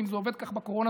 כי אם זה עובד ככה בקורונה,